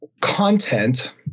content